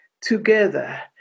together